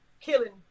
killing